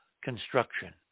construction